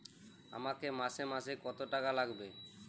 আমাকে মাসে মাসে কত টাকা লাগবে?